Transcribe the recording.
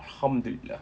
alhamdulillah